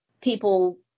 People